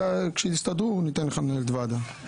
וכשיסתדרו ניתן לך לנהל ועדה.